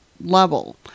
level